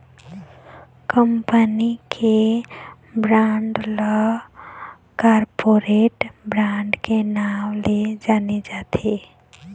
company के bond ल corporate bond के नांव ले जाने जाथे